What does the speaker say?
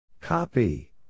Copy